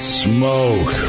smoke